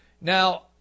now